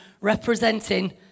representing